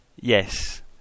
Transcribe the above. Yes